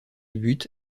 but